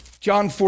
John